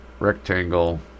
Rectangle